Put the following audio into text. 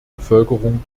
bevölkerung